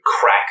crack